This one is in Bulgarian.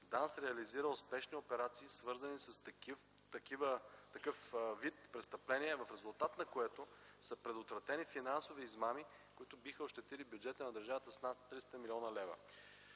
ДАНС реализира успешни операции, свързани с такъв вид престъпления, в резултат на което са предотвратени финансови измами, които биха ощетили бюджета на държавата с над 300 млн. лв.